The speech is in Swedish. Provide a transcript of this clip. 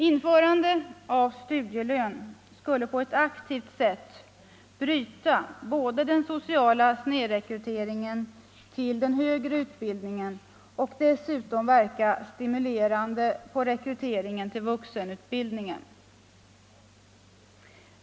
Införande av studielön skulle på ett aktivt sätt bryta den sociala snedrekryteringen till högre utbildningen och dessutom verka stimulerande på rekryteringen till vuxenutbildningen.